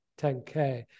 10K